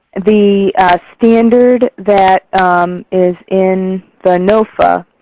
the standard that is in the nofa